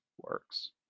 works